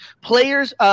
Players